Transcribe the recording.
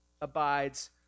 abides